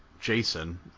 Jason